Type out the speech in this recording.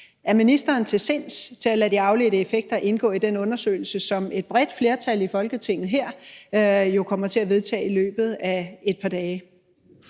Er ministeren til sinds at lade de afledte effekter indgå i den undersøgelse, som et bredt flertal i Folketinget jo kommer til at vedtage i løbet af et par dage?